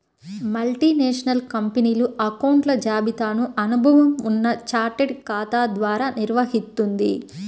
multinational కంపెనీలు అకౌంట్ల జాబితాను అనుభవం ఉన్న చార్టెడ్ ఖాతా ద్వారా నిర్వహిత్తుంది